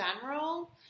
general